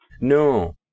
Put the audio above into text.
No